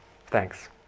Thanks